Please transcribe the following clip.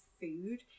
food